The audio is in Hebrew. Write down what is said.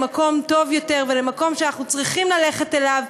למקום טוב יותר ולמקום שאנחנו צריכים ללכת אליו,